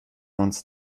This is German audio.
uns